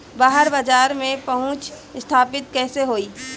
बाहर बाजार में पहुंच स्थापित कैसे होई?